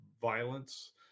violence